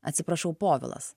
atsiprašau povilas